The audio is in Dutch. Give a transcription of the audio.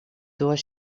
door